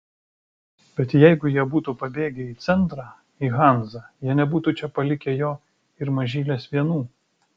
bet jeigu jie būtų pabėgę į centrą į hanzą jie nebūtų čia palikę jo ir mažylės vienų